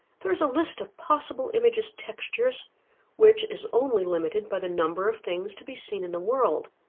there is a list of possible imagist textures which is only limited by the number of things to be seen in the world.